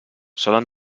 solen